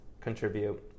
contribute